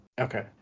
Okay